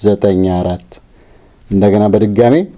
the thing that they're going to get